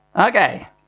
Okay